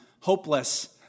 hopeless